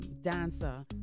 dancer